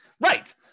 Right